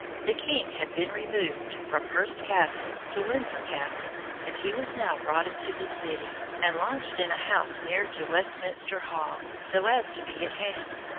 the king had been removed from hurst castle to windsor castle, and he was now brought into the city, and lodged in a house near to westminster hall, so as to be at hand.